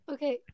Okay